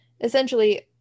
essentially